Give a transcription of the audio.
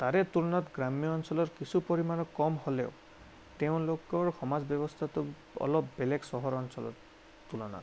তাৰে তুলনাত গ্ৰাম্য অঞ্চলৰ কিছু পৰিমাণৰ কম হ'লেও তেওঁলোকৰ সমাজ ব্যৱস্থাটো অলপ বেলেগ চহৰ অঞ্চলৰ তুলনাত